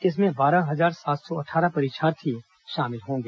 इसमें बारह हजार सात सौ अट्ठारह परीक्षार्थी सम्मिलित होंगे